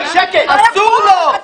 אסור לו.